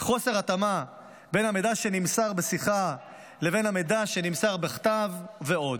חוסר התאמה בין המידע שנמסר בשיחה לבין המידע שנמסר בכתב ועוד.